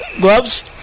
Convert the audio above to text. gloves